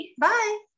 bye